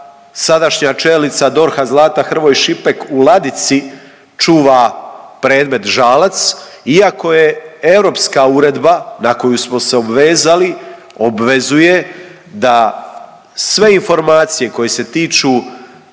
sadašnja čelnica DORH-a Zlata Hrvoj Šipek u ladici čuva predmet Žalac, iako je europska uredba na koju smo se obvezali, obvezuje da sve informacije koje se tiču